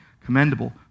commendable